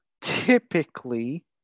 typically